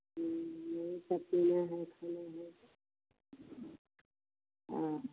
यही सब पीना है खाना हैगा हाँ